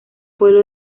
pueblo